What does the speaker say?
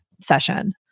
session